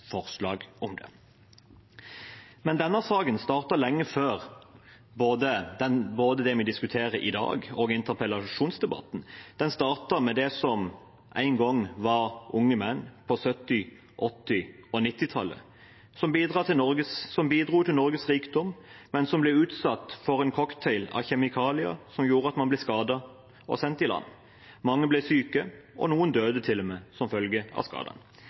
forslag om det. Men denne saken startet lenge før både det vi diskuterer i dag, og interpellasjonsdebatten. Den startet med det som en gang var unge menn, på 1970-, 1980- og 1990-tallet, som bidro til Norges rikdom, men som ble utsatt for en cocktail av kjemikalier som gjorde at man ble skadet og sendt i land. Mange ble syke, og noen døde til og med som følge av